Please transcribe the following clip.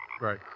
Right